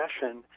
session